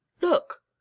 Look